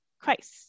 Christ